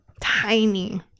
Tiny